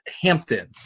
Hampton